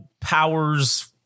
powers